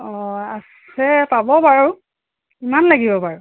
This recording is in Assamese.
অঁ আছে পাব বাৰু কিমান লাগিব বাৰু